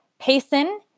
Payson